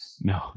No